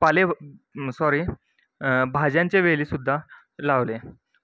पालेभ sorry भाज्यांचे वेलीसुद्धा लावले